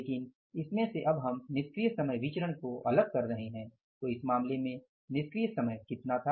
लेकिन इसमें से अब हम निष्क्रिय समय विचरण को अलग कर रहे हैं तो इस मामले में निष्क्रिय समय कितना था